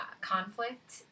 conflict